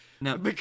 No